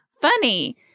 funny